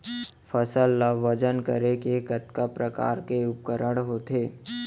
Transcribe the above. फसल ला वजन करे के कतका प्रकार के उपकरण होथे?